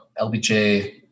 LBJ